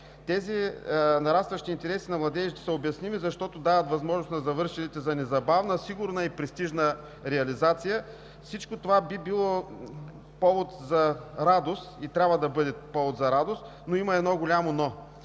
Нарастващите интереси на младежите са обясними, защото дават възможност на завършилите за незабавна, сигурна и престижна реализация. Всичко това би било повод за радост и трябва да бъде повод за радост, но има едно голямо „но“,